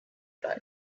die